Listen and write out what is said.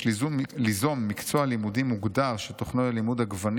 יש ליזום מקצוע לימודי מוגדר שתוכנו יהיה לימוד הגוונים